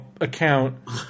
account